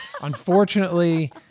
unfortunately